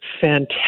fantastic